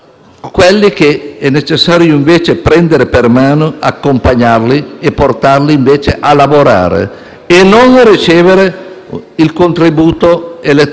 Quale democrazia abbiamo, se obiettivo del Governo non è più il bene del popolo, bensì l'esercizio